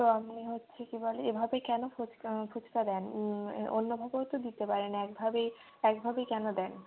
তো আমি হচ্ছে কি বলে এভাবেই কেন ফুচকা ফুচকা দেন অন্যভাবেও তো দিতে পারেন একভাবেই একভাবেই কেন দেন